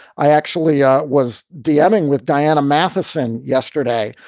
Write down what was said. i actually ah was damning with diana matheson yesterday,